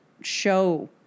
show